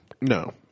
No